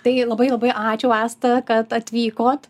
tai labai labai ačiū asta kad atvykot